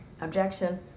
Objection